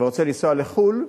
ורוצה לנסוע לחו"ל,